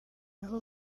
aho